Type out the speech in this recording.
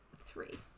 three